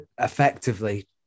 effectively